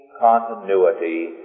continuity